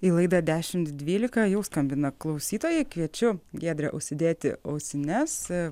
į laidą dešimt dvylika jau skambina klausytojai kviečiu giedrę užsidėti ausines